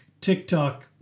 TikTok